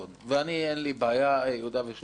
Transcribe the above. ואין לי בעיה עם יהודה ושומרון.